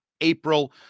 April